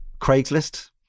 Craigslist